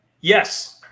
Yes